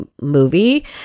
movie